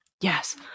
Yes